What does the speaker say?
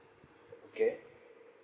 okay